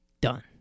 done